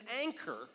anchor